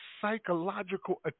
psychological